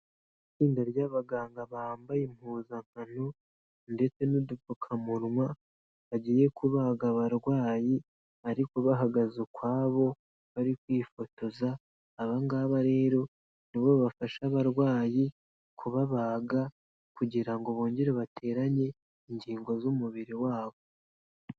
Itsinda ry'abaganga bambaye impuzankano ndetse n'udupfukamunwa, bagiye kubaga abarwayi ariko bahagaze ukwabo, bari kwifotoza, aba ngaba rero nibo bafasha abarwayi kubabaga kugira ngo bongere bateranye ingingo z'umubiri wabo.